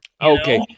Okay